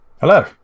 Hello